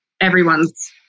everyone's